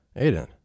Aiden